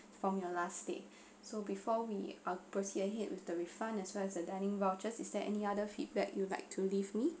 from your last stay so before we uh proceed ahead with the refund as well as the dining vouchers is there any other feedback you would like to leave me